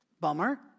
bummer